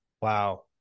Wow